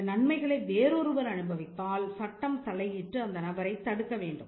அந்த நன்மைகளை வேறொருவர் அனுபவித்தால் சட்டம் தலையிட்டு அந்த நபரைத் தடுக்க வேண்டும்